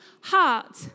heart